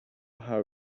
how